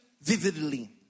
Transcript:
vividly